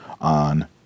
on